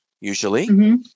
usually